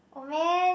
oh man